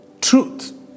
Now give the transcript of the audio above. truth